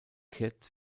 kehrten